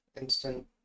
instant